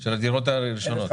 הדירות הראשונות.